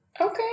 Okay